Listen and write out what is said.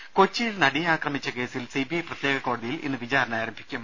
ദർദ കൊച്ചിയിൽ നടിയെ ആക്രമിച്ച കേസിൽ സി ബി ഐ പ്രത്യേക കോടതിയിൽ ഇന്ന് വിചാരണ തുടങ്ങും